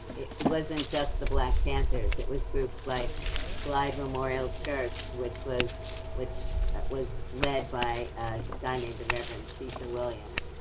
it wasn't just the black panthers. it was grouped like glide memorial church, which was which was led by a guy named reverend cecil williams,